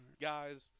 guys